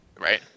Right